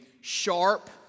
sharp